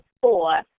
four